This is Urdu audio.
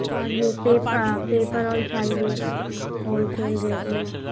اور یہ پیپر اور چاہیے ہول سیل ریٹ میں